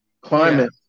climate